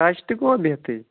touch تہِ گوٚوا بِہِتھٕے